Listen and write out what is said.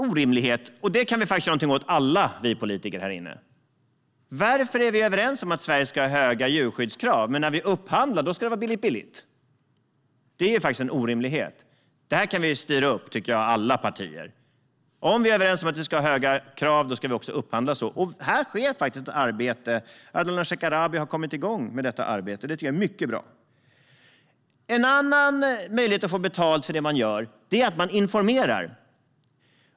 Detta kan faktiskt vi alla politiker här inne göra något åt. Vi är överens om att Sverige ska ha höga djurskyddskrav. Men när vi upphandlar då ska det vara billigt-billigt. Det är faktiskt en orimlighet. Detta kan alla partier styra upp, tycker jag. Om vi är överens om att vi ska ha höga krav ska vi också upphandla så. Här sker faktiskt ett arbete. Ardalan Shekarabi har kommit igång med detta arbete. Det tycker jag är mycket bra. En annan möjlighet att få betalt för det man gör är att man informerar.